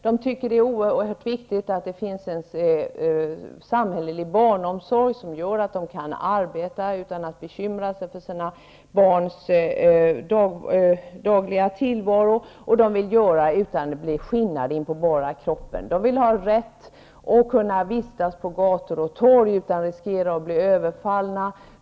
De tycker att det är oerhört viktigt att det finns en samhällelig barnomsorg som gör att de kan arbeta utan att bekymra sig för sina barns dagliga tillvaro, och de vill kunna göra det utan att bli skinnade in på bara kroppen. De vill ha rätt att vistas på gator och torg utan att behöva riskera att bli överfallna.